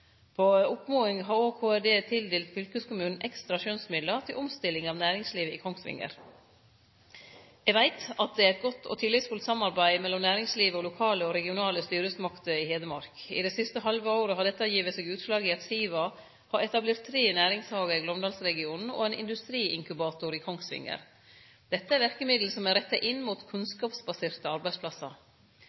På oppmoding har òg KRD tildelt fylkeskommunen ekstra skjønsmidlar til omstilling av næringslivet i Kongsvinger. Eg veit at det er eit godt og tillitsfullt samarbeid mellom næringslivet og lokale og regionale styresmakter i Hedmark. I det siste halve året har dette gitt seg utslag i at SIVA har etablert tre næringshagar i Glåmdalsregionen og ein industriinkubator i Kongsvinger. Dette er verkemiddel som er retta inn mot kunnskapsbaserte arbeidsplassar.